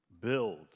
build